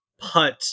put